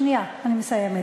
שנייה אני מסיימת.